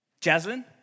Jasmine